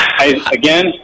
again